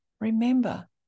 Remember